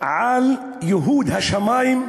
על ייהוד השמים,